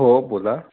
हो बोला